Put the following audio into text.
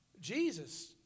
Jesus